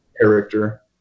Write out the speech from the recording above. character